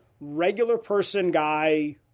regular-person-guy